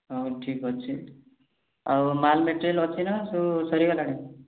ହଉ ଠିକ୍ ଅଛି ଆଉ ମାଲ୍ ମେଟେରିଆଲ୍ ଅଛି ନା ସବୁ ସରିଗଲାଣି